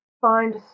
find